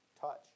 touch